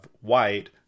white